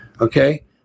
okay